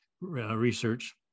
research